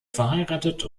verheiratet